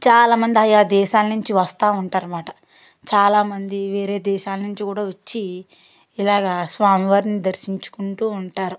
చాలామంది ఆయా దేశాల నుంచి వస్తూ ఉంటారు అన్నమాట చాలామంది వేరే దేశాల నుంచి కూడా వచ్చి ఇలాగ స్వామివారిని దర్శించుకుంటూ ఉంటారు